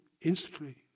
instantly